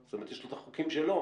יש לו את החוקים שלו.